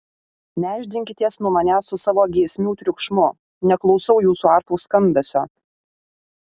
nešdinkitės nuo manęs su savo giesmių triukšmu neklausau jūsų arfų skambesio